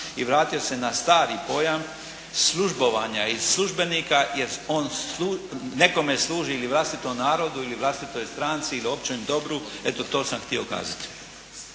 i vratio se na stari pojam službovanja i službenika jer on nekome služi ili vlastitom narodu ili vlastitoj stranci. Ili općem dobru. Eto to sam htio kazati.